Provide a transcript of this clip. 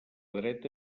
dreta